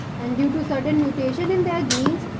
and due to certain mutations in their genes,